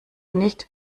nicht